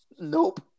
nope